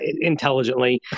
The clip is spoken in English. intelligently